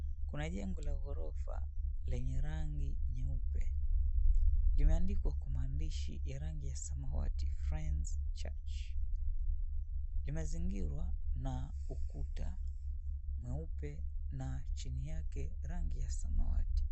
Kuna jengo la ghorofa lenye rangi nyeupe, limeandikwa kwa maandishi ya rangi ya samawati, "Friends Church". Limezingirwa na ukuta mweupe, na chini yake rangi ya samawati.